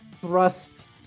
thrust